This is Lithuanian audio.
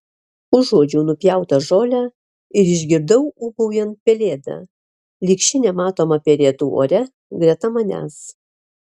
užuodžiau nupjautą žolę ir išgirdau ūbaujant pelėdą lyg ši nematoma perėtų ore greta manęs